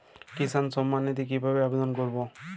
কিষান সম্মাননিধি কিভাবে আবেদন করব?